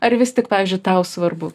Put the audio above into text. ar vis tik pavyzdžiui tau svarbu